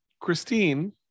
Christine